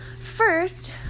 first